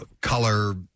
color